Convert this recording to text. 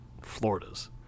Floridas